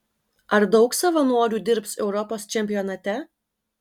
ar daug savanorių dirbs europos čempionate